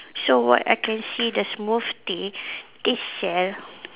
so what I can see the smoothie they sell